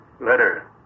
letter